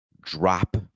drop